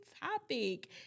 topic